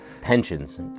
pensions